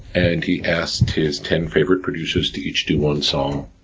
and he asked his ten favorite producers to each do one song.